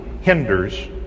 hinders